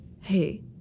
hey